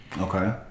Okay